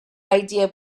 idea